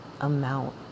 amount